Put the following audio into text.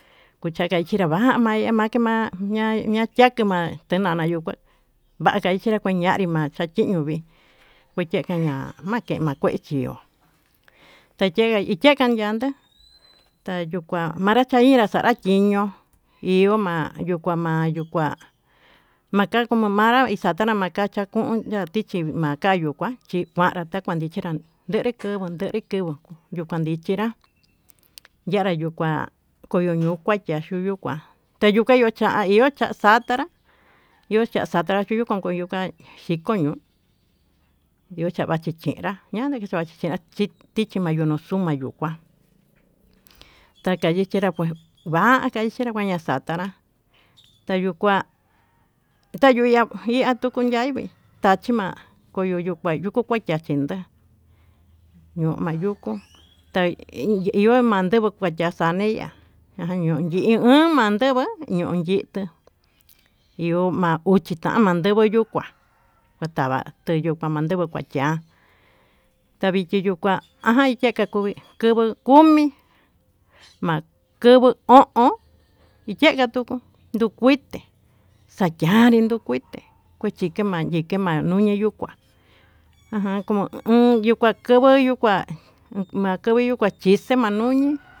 Kuchanra kiyamama ma'a makema ña'a yakii ma'a, tenana yuu kué vakanri yuu kuanri ma'a tuu yaka'a yé iño'o vii vixhi keña'a make makué chió taye'e yenga yankió tayuu kua manra xañiña tanra chiñii iho ma'a yuu kuá, ma'a yu kuá makaku makanra ixata machata nuu hu nandichi makayu yuu kua chikanrá makayu kuan chikuán nderi kovuu ndenri kovuu, yuu kuan ndichenrá yanra yuu kuan kondoyoka kua yuu, yuu kuá te yuka yayio cha'a tatanrá iho ta'a xata iho konkunru ka'a xhiko'o ño'o yuu tavachi chenrá ñanri vachichera tichi vakuu ño'o yuu nuu xunu kayu kuá katavichenr akué va'a kuñaxatá nayukua ta'a yuu yi'á tuku ñaí vii nachi ma'a kuyuyuka kuchi maí yachindá ño'o mayukó ta'a yo'o mandenguo kua xaxanii iha ha anyenguó iho ma'a uchitan mandenguó, yuu kua kondava kua mandeguó kuachia tayeku yuu kuá jan yakeyui kui, nduguu komi ma'a kuvii o'on yengua tuku yuu kuité xajanri duu kuité kuchikema chikeman nii ñuu kuá ajan imakuu ukan kovo'o nuu yuu kua makixe yuu kua mañoni.